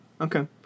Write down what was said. Okay